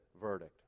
verdict